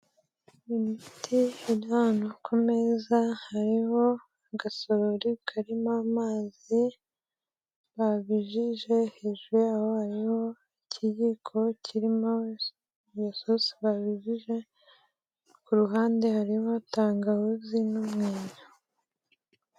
Umuti uri hano ku meza, hariho agasorori karimo amazi babijije, hejuru yaho hariho ikiyiko kirimo iyo sosi babijije, ku ruhande harimo tangawizi n'umwenya.